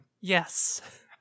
Yes